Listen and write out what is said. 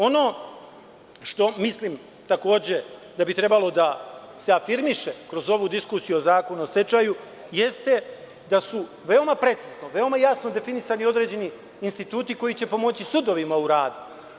Ono što mislim, takođe, da bi trebalo da se afirmiše kroz ovu diskusiju o Zakonu o stečaju, jeste da su veoma precizno, veoma jasno definisani određeni instituti koji će pomoći sudovima u radu.